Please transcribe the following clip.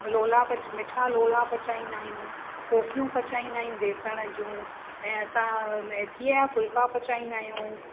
लोला पचा मिठा लोला पचाईंदा आहियूं कोकियूं पचाईंदा आहियूं बेसण जूं ऐं असां मेथीअ जा फुल्का पचाईंदा आहियूं